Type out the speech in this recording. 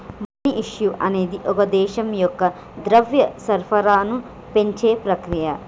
money issue అనేది ఒక దేశం యొక్క ద్రవ్య సరఫరాను పెంచే ప్రక్రియ